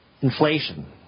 Inflation